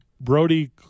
Brody